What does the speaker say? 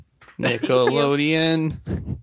nickelodeon